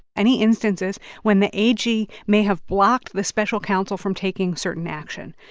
any instances when the ag may have blocked the special counsel from taking certain action.